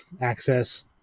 access